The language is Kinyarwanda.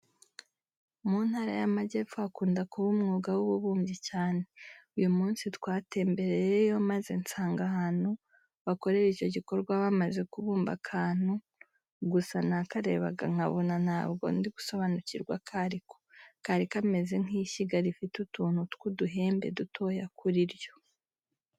Mu Ntara y'Amagepfo hakunda kuba umwuga w'ububumbyi cyane. Uyu munsi twatembereyeyo maze nsanga ahantu bakorera icyo gikorwa bamaze kubumba akantu, gusa nakarebaga nkabona ntabwo ndigusobanukirwa ako ari ko. Kari kameze nk'ishyiga rifite utuntu tw'uduhembe dutoya kuri ryo.